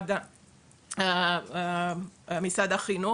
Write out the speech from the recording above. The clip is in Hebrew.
משרד החינוך.